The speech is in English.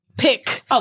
pick